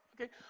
Okay